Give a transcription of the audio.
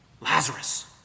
Lazarus